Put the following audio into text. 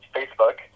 Facebook